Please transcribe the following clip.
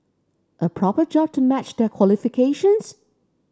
a proper job to match their qualifications